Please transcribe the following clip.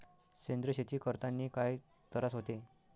सेंद्रिय शेती करतांनी काय तरास होते?